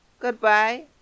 Goodbye